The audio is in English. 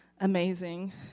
amazing